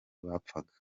bapfaga